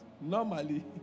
normally